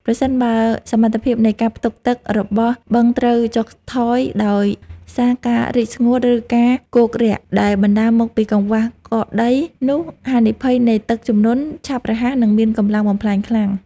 ប្រសិនបើសមត្ថភាពនៃការផ្ទុកទឹករបស់បឹងត្រូវចុះថយដោយសារការរីងស្ងួត ឬការគោករាក់ដែលបណ្តាលមកពីកង្វះកករដី នោះហានិភ័យនៃទឹកជំនន់ឆាប់រហ័ស និងមានកម្លាំងបំផ្លាញខ្លាំង។